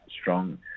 strong